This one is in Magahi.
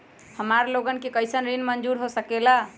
हमार लोगन के कइसन ऋण मंजूर हो सकेला?